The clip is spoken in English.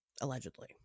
allegedly